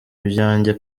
ibyanjye